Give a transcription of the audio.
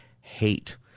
hate